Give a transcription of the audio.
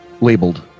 labeled